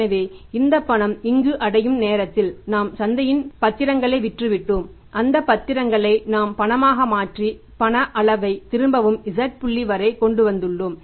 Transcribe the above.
எனவே இந்த பணம் இங்கு அடையும் நேரத்தில் நாம் சந்தையில் பத்திரங்களை விற்றுவிட்டோம் அந்த பத்திரங்களை நாம் பணமாக மாற்றி பண அளவை திரும்பவும் z புள்ளி வரை கொண்டு வந்துள்ளோம்